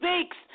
speaks